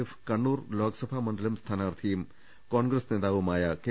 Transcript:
F Kannur Lok Sabha മണ്ഡലം സ്ഥാനാർത്ഥിയും കോൺഗ്രസ് നേതാവുമായ കെ